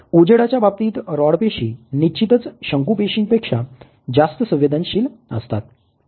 उजेडाच्या बाबतीत रॉड पेशी निश्चितच शंकू पेशीं पेक्षा जास्त संवेदनशील असतात